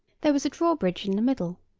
there was a drawbridge in the middle,